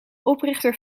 oprichter